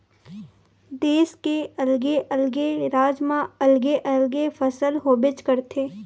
देस के अलगे अलगे राज म अलगे अलगे फसल होबेच करथे